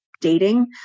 dating